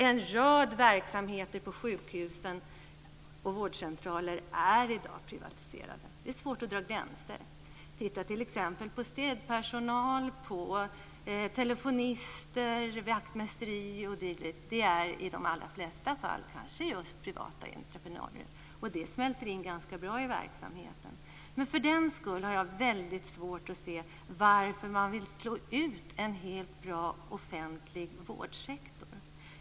En rad verksamheter på sjukhusen och vårdcentraler är i dag privatiserade. Det är svårt att dra gränser. Titta t.ex. på städpersonal, telefonister, vaktmästeri o.d. Det är i de allra flesta fall kanske just privata entreprenörer. Detta smälter in ganska bra i verksamheten. Men för den skull har jag väldigt svårt att se varför man vill slå ut en helt bra offentlig vårdsektor.